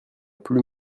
plus